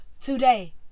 today